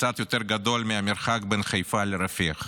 קצת יותר גדול מהמרחק בין חיפה לרפיח.